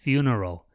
Funeral